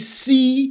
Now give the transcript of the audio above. see